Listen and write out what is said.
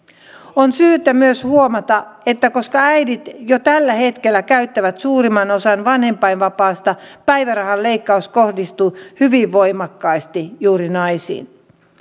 on syytä myös huomata että koska äidit jo tällä hetkellä käyttävät suurimman osan vanhempainvapaasta päivärahan leikkaus kohdistuu hyvin voimakkaasti juuri naisiin